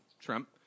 Trump